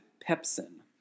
pepsin